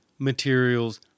materials